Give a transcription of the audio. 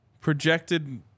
Projected